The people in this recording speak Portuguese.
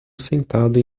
sentado